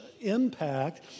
impact